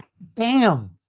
Bam